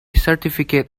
certificate